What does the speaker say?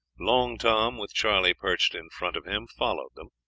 long tom, with charlie perched in front of him, followed them,